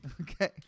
Okay